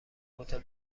هتل